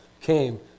came